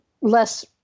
less